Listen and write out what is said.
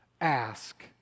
ask